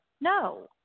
No